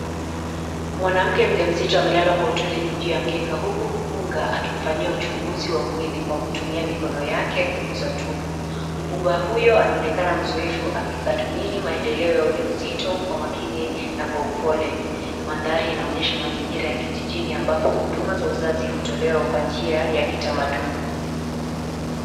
Mwanamke mjamzito amelala kwa utulivu juu ya mkeka huku mkunga akimfanyia uchunguzi wa mwili kwa kutumia mikono yake kuguza tumbo. Mkunga huyo anaonekana mzoefu akitathmini maendeleo ya ujauzito kwa makini na kwa upole. Mandhari inaonyesha mazingira ya kijijini ambapo huduma za uzazi hutolewa kwa njia ya kitamaduni.